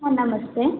ಹಾಂ ನಮಸ್ತೆ